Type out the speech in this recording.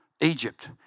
Egypt